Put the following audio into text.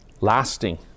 lasting